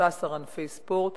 ב-13 ענפי ספורט.